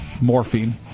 morphine